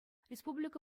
республика